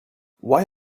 why